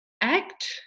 act